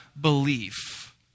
belief